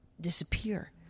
disappear